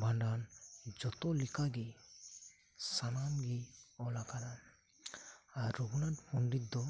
ᱵᱷᱟᱰᱟᱱ ᱡᱷᱚᱛᱚ ᱞᱮᱠᱟ ᱜᱮ ᱥᱟᱱᱟᱢ ᱜᱮ ᱚᱞ ᱟᱠᱟᱫᱟ ᱟᱨ ᱨᱩᱜᱷᱩᱱᱟᱛ ᱯᱚᱸᱰᱤᱛ ᱫᱚ